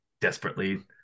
desperately